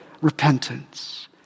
repentance